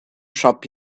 shop